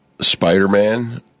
Spider-Man